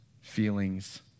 feelings